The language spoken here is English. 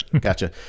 Gotcha